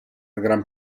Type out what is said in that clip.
gran